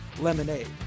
lemonade